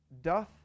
doth